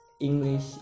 English